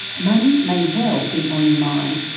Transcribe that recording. money may well be on your mind.